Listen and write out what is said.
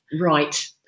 Right